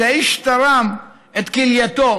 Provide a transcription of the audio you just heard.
שהאיש תרם את כלייתו